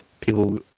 people